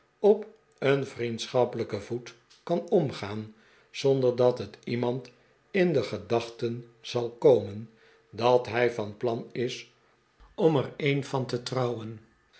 op een vriendschappelijken voet kan omgaan zonder dat het iemand in de gedachten zal komen dat hij van plan is om er een van te trouwen